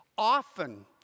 often